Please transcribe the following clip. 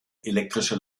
elektrische